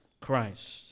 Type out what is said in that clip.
Christ